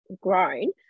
grown